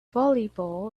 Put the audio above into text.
volleyball